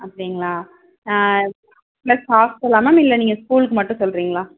அப்படிங்களா ப்ளஸ் ஹாஸ்ட்டலா மேம் இல்லை நீங்கள் ஸ்கூலுக்கு மட்டும் சொல்றிங்களா